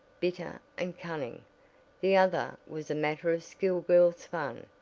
bitter and cunning the other was a matter of school girl's fun,